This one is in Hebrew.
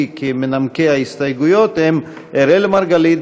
כמנמקים הסתייגויות הם אראל מרגלית,